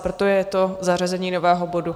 Proto je to zařazení nového bodu.